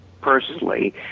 personally